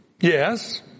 Yes